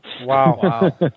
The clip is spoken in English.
Wow